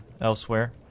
elsewhere